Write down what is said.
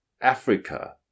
Africa